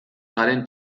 garen